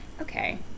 Okay